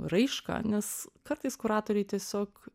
raišką nes kartais kuratoriai tiesiog